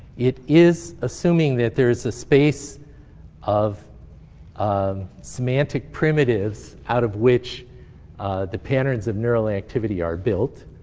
it is assuming that there is a space of um semantic primitives out of which the patterns of neural activity are built.